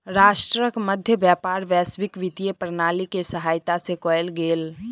राष्ट्रक मध्य व्यापार वैश्विक वित्तीय प्रणाली के सहायता से कयल गेल